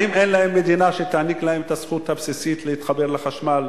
האם אין להם מדינה שתעניק להם את הזכות הבסיסית להתחבר לחשמל?